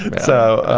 so